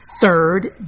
Third